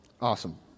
Awesome